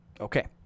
okay